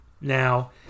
Now